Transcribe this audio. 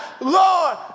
Lord